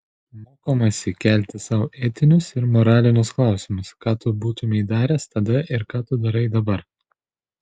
mokomasi kelti sau etinius ir moralinius klausimus ką tu būtumei daręs tada ir ką tu darai dabar